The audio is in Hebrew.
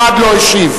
אחד לא השיב.